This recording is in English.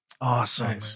Awesome